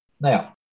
Now